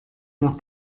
nach